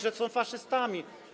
że są faszystami.